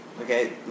Okay